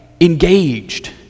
engaged